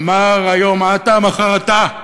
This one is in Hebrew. אמר: היום "אתא", מחר אתה.